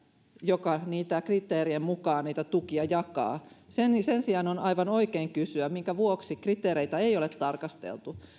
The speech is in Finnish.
joka kriteerien mukaan niitä tukia jakaa sen sijaan on aivan oikein kysyä minkä vuoksi kriteereitä ei ole tarkasteltu